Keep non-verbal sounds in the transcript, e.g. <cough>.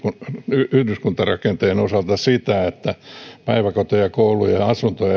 yhdyskuntarakenteen osalta sitä että päiväkoteja kouluja ja asuntoja <unintelligible>